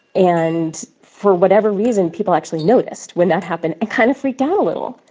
and for whatever reason, people actually noticed when that happened and kind of freaked out a little,